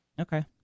Okay